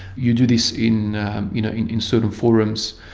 you do this in you know in certain forums.